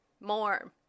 more